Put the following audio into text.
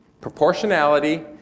proportionality